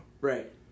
Right